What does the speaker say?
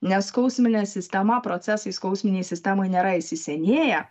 nes skausminė sistema procesai skausminėj sistemoj nėra įsisenėję